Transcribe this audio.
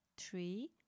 three